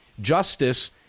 justice